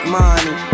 money